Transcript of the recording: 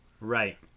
Right